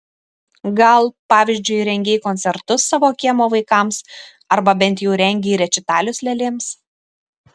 gal pavyzdžiui rengei koncertus savo kiemo vaikams arba bent jau rengei rečitalius lėlėms